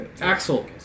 Axel